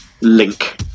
link